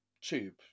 tube